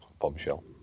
bombshell